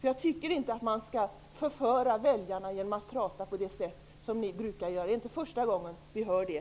Jag tycker inte att man skall förföra väljarna på det sätt som ni gör. Det är inte första gången ni gör det.